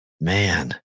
man